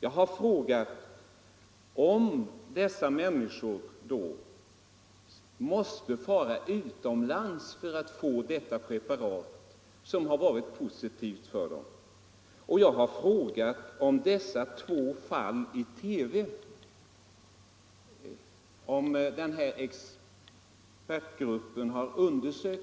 Jag har frågat om dessa människor måste fara utomlands för att få tillgång till preparat som har verkat positivt på dem, och jag har frågat om expertgruppen har undersökt de två fall som förekommit i TV.